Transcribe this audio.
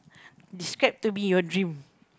describe to me your dream